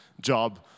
job